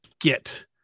get